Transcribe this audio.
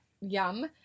yum